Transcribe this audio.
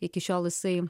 iki šiol jisai